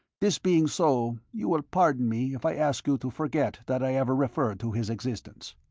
this being so, you will pardon me if i ask you to forget that i ever referred to his existence.